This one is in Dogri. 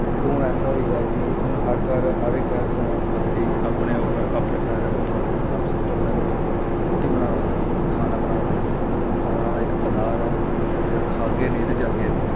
ते हून ऐसा होई दा कि हून हर घर हर इक ऐसा बंदे ई अपने उप्पर अपने पैरें उप्पर खड़ोने गल्ला सबतों पैह्लें रुट्टी बनाना औना चाहिदी खाना बनाना औना चाहिदा खाना बनाना इक अदाद ऐ अगर खाह्गे नेईं ते चलगे नेईं